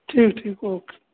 ठीक है ठीक है ओके